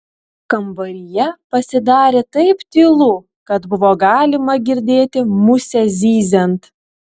kambaryje pasidarė taip tylu kad buvo galima girdėti musę zyziant